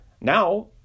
Now